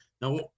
Now